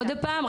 עוד הפעם,